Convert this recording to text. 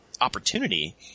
opportunity